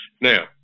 Now